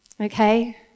Okay